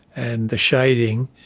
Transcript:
and the shading